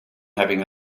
having